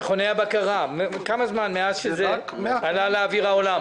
מכוני הבקרה, כמה זמן מאז שזה עלה לאוויר העולם?